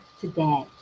today